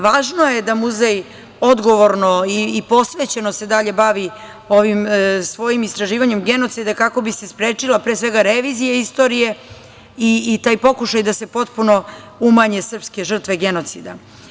Važno je da muzej odgovorno i posvećeno se dalje bavi ovim svojim istraživanjem genocida, kako bi se sprečila revizija istorija i taj pokušaj da se potpuno umanje srpske žrtve genocida.